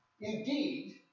Indeed